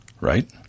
right